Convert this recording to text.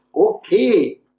Okay